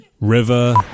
River